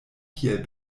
kiel